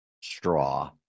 straw